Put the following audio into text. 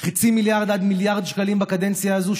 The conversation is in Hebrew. חצי מיליארד עד מיליארד שקלים בקדנציה הזאת,